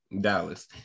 Dallas